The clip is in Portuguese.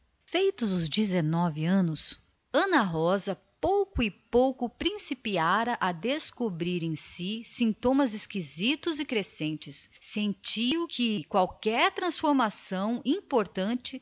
feitos os quinze anos ela começou pouco a pouco a descobrir em si estranhas mudanças percebeu sentiu que uma transformação importante